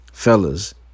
Fellas